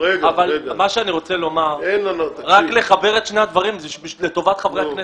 רק לחבר את שני הדברים, זה לטובת חברי הכנסת.